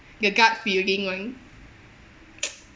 the gut feeling [one]